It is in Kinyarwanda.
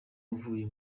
avuye